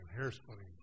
hair-splitting